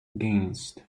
against